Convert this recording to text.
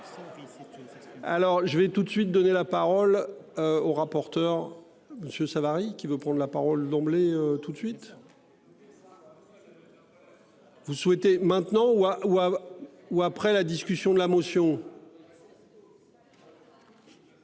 Alors je vais tout de suite donner la parole. Au rapporteur. Monsieur Savary qui veut prendre la parole d'emblée toute de suite. Vous souhaitez maintenant ou à ou à ou après la discussion de la motion.